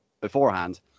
beforehand